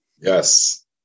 yes